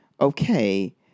okay